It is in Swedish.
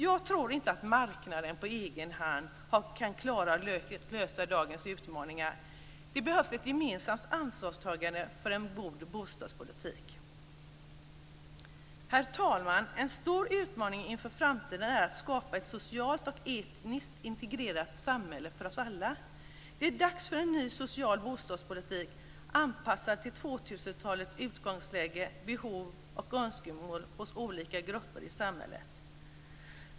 Jag tror inte att marknaden på egen hand klarar dagens utmaningar. Det behövs ett gemensamt ansvarstagande för en god bostadspolitik. Herr talman! En stor utmaning inför framtiden är att skapa ett socialt och etniskt integrerat samhälle för oss alla. Det är dags för en ny social bostadspolitik anpassad till 2000-talets utgångsläge samt behov och önskemål hos olika grupper i samhället.